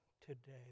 today